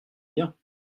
bien